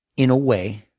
in a way